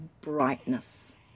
brightness